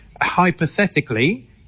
Hypothetically